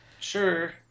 sure